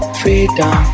freedom